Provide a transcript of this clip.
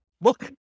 look